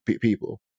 people